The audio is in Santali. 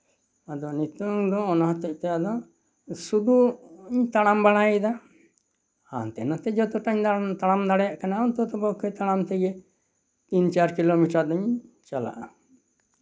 ᱟᱫᱚ ᱱᱤᱛᱚᱝ ᱫᱚ ᱚᱱᱟ ᱦᱚᱛᱮᱡ ᱛᱮ ᱟᱫᱚ ᱥᱩᱫᱷᱩ ᱤᱧ ᱛᱟᱲᱟᱢ ᱵᱟᱲᱟᱭᱮᱫᱟ ᱦᱟᱱᱛᱮ ᱱᱟᱛᱮ ᱡᱚᱛᱚᱴᱟᱧ ᱛᱟᱲᱟᱢ ᱛᱟᱲᱟᱢ ᱫᱟᱲᱮᱭᱟᱜ ᱠᱟᱱᱟ ᱚᱱᱛᱚᱛᱚ ᱯᱚᱠᱠᱷᱮ ᱛᱟᱲᱟᱢ ᱛᱮᱜᱮ ᱛᱤᱱ ᱪᱟᱨ ᱠᱤᱞᱳᱢᱤᱴᱟᱨ ᱤᱧ ᱪᱟᱞᱟᱜᱼᱟ